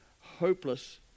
hopeless